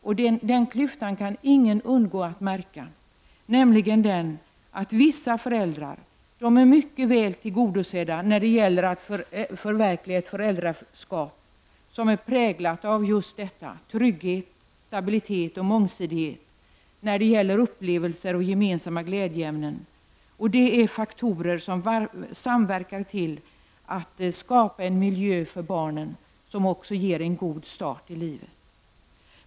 Den klyftan kan ingen undgå att märka, nämligen att vissa föräldrar är mycket väl tillgodosedda när det gäller att förverkliga föräldraskap präglat av trygghet, stabilitet, mångsidighet och upplevelser samt gemensamma glädjeämnen. Det är faktorer som samverkar till att skapa en miljö för barnen som också ger en god start i livet.